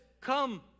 come